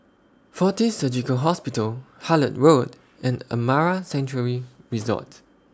Fortis Surgical Hospital Hullet Road and Amara Sanctuary Resort